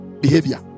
behavior